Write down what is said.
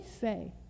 say